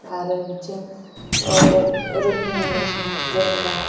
आरो बिदिनो अनेख रोखोमनि जेनेबा